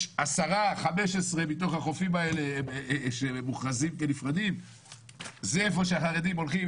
10,15 מכל החופים האלה שמוכרזים כנפרדים וזה איפה שהחרדים הולכים.